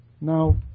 now